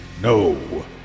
No